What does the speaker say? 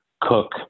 cook